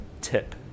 tip